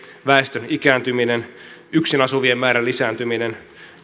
väestön ikääntyminen yksin asuvien määrän lisääntyminen